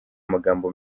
amagambo